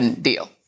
deal